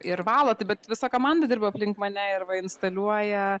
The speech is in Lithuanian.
ir valo tai bet visa komanda dirba aplink mane ir va instaliuoja